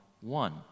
one